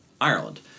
Ireland